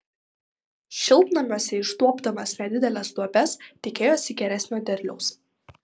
šiltnamiuose išduobdamas nedideles duobes tikėjosi geresnio derliaus